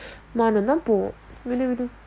நான்நின்னேன்போ:nan ninnen po